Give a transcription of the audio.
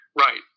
Right